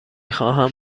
خواهم